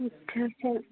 अच्छा सर